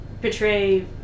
portray